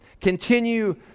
Continue